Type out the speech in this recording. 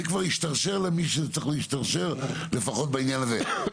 זה כבר ישתרשר למי שזה צריך להשתרשר לפחות בעניין הזה.